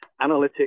analytics